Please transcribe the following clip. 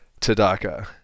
Tadaka